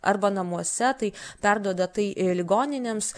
arba namuose tai perduoda tai ir ligoninėms